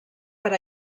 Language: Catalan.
per